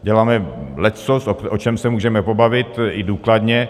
Děláme leccos, o čem se můžeme pobavit i důkladně.